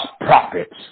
prophets